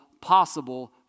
possible